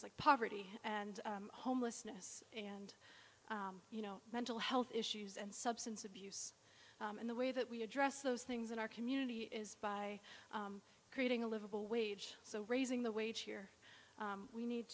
s like poverty and homelessness and you know mental health issues and substance abuse and the way that we address those things in our community is by creating a livable wage so raising the wage here we need